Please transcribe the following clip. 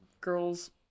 girl's